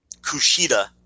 Kushida